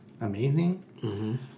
amazing